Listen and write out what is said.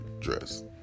dress